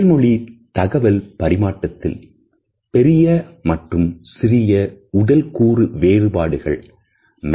உடல் மொழி தகவல் பரிமாற்றத்தில் பெரிய மற்றும் சிறிய உடல் கூறு வெளிப்பாடுகள் உள்ளன